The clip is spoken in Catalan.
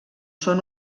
són